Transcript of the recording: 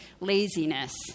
laziness